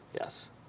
Yes